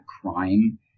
crime